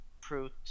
fruit